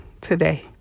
today